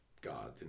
God